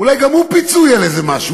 אולי גם הוא פיצוי על איזה משהו,